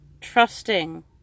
trusting